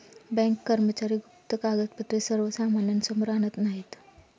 bank कर्मचारी गुप्त कागदपत्रे सर्वसामान्यांसमोर आणत नाहीत